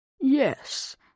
Yes